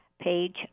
page